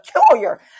peculiar